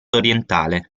orientale